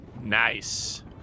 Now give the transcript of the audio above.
Nice